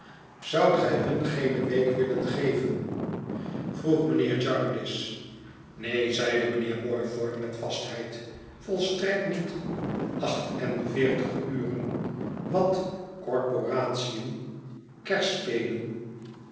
zoudt gij hun geene week willen geven vroeg mijnheer jarndyce neen zeide mijnheer boythorn met vastheid volstrekt niet acht en veertig uren wat corporatiën kerspelen